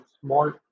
small